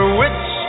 witch